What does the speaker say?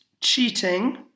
cheating